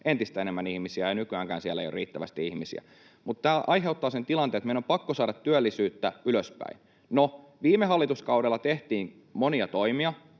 entistä enemmän ihmisiä ja nykyäänkään siellä ei ole riittävästi ihmisiä. Tämä aiheuttaa sen tilanteen, että meidän on pakko saada työllisyyttä ylöspäin. No, viime hallituskaudella tehtiin monia toimia,